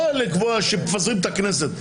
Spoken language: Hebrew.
לא לקבוע שמפזרים את הכנסת.